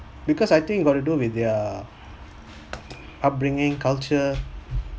because I think it got to do with their upbringing culture